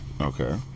Okay